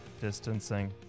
Distancing